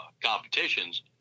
competitions